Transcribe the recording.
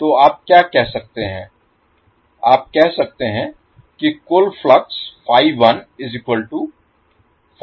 तो आप क्या कह सकते हैं आप कह सकते हैं कि कुल फ्लक्स हैं